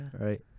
Right